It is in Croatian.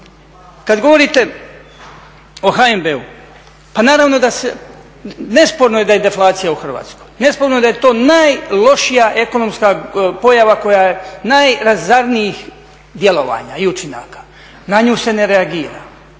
Kada govorite o HNB-u, pa naravno nesporno je da je deflacija u Hrvatskoj, nesporno je da je to najlošija ekonomska pojava koja je najrazornijih djelovanja i učinaka, na nju se ne reagira.